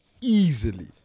easily